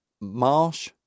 Marsh